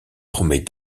promet